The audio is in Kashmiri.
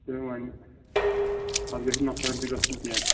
تہٕ وۅنۍ پَتہٕ گژھِ نہٕ نۄقصان تہِ گژھُن کیٚنٛہہ